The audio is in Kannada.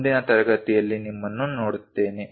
ಮುಂದಿನ ತರಗತಿಯಲ್ಲಿ ನಿಮ್ಮನ್ನು ನೋಡುತ್ತೇನೆ